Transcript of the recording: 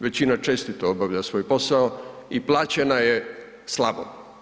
Većina čestito obavlja svoj posao i plaćena je slabo.